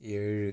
ഏഴ്